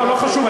לא חשוב,